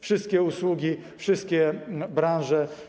wszystkie usługi, wszystkie branże.